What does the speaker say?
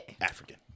African